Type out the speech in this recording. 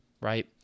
right